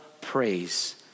praise